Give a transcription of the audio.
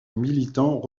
militants